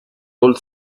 role